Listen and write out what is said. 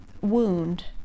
wound